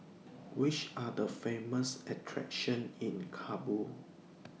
Which Are The Famous attractions in Kabul